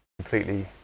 completely